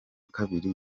kabiri